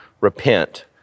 repent